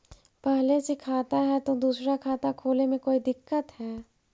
पहले से खाता है तो दूसरा खाता खोले में कोई दिक्कत है?